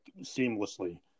seamlessly